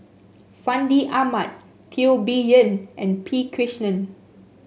Fandi Ahmad Teo Bee Yen and P Krishnan